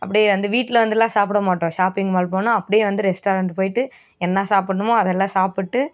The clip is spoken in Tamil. அப்படியே வந்து வீட்டில் வந்துலாம் சாப்பிட மாட்டோம் ஷாப்பிங் மால் போனால் அப்படியே வந்து ரெஸ்டாரன்ட் போயிட்டு என்ன சாப்பிட்ணுமோ அதெல்லாம் சாப்பிட்டு